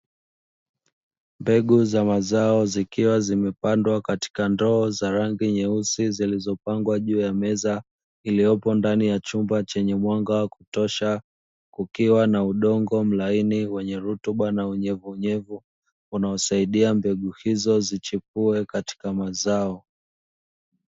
Mbegu za mazao zikiwa zimepandwa katika ndoo za rangi nyeusi zilizopangwa juu ya meza, iliyopo kwenye chumba chenye mwanga wa kutosha, kukiwa na udongo mlaini wenye rutuba na unyevunyevu unaosaidia mbegu hizo zichipue katika mazao.